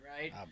right